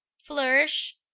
flourish.